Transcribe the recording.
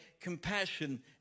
compassion